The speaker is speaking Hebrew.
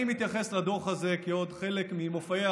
אני מתייחס לדוח הזה כעוד חלק ממופעי